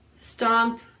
stomp